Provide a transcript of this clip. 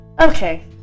Okay